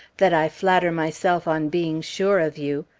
that i flatter myself on being sure of you.